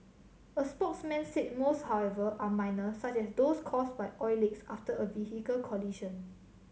a spokesman said most however are minor such as those caused by oil leaks after a vehicle collision